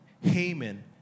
haman